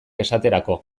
esaterako